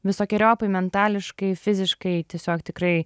visokeriopai metališkai fiziškai tiesiog tikrai